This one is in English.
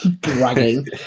dragging